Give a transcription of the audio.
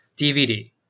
DVD